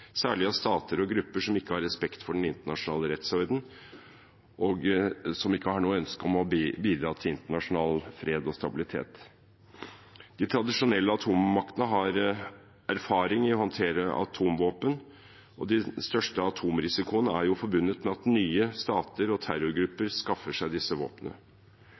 særlig av stater og grupper som ikke har respekt for den internasjonale rettsorden, og som ikke har noe ønske om å bidra til internasjonal fred og stabilitet. De tradisjonelle atommaktene har erfaring i å håndtere atomvåpen, og de største atomrisikoene er forbundet med at nye stater og terrorgrupper skaffer seg disse